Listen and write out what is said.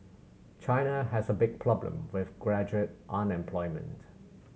China has a big problem with graduate unemployment